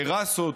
טרסות,